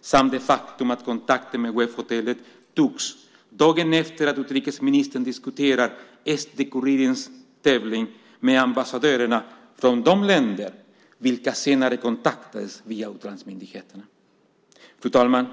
samt det faktum att kontakten med webbhotellet togs dagen efter att utrikesministern diskuterat SD-Kurirens tävling med ambassadörerna från de länder vilka senare kontaktades via utlandsmyndigheterna. Fru talman!